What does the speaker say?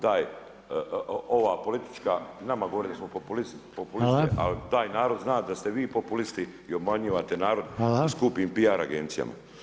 Taj, ova politička, nama govore da smo populisti, ali taj narod zna da ste vi populisti i obmanjivate narod skupim pijar agencijama.